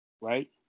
right